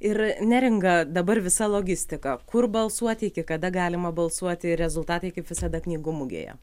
ir neringa dabar visa logistika kur balsuoti iki kada galima balsuoti rezultatai kaip visada knygų mugėje